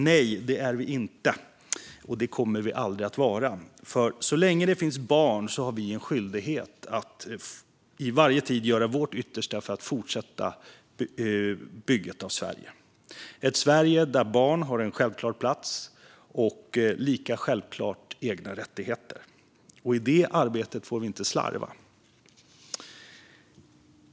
Nej, det är vi inte, och det kommer vi aldrig att vara, för så länge det finns barn har vi en skyldighet att i varje tid göra vårt yttersta för att fortsätta bygget av ett Sverige där barn har en självklar plats och lika självklart egna rättigheter. I det arbetet får vi inte slarva.